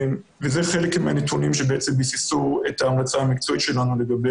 אני מסתכל על ההתרסקות של הילדה שלי שראיתי לנגד